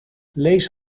lees